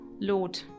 Lord